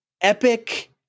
epic